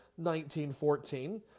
1914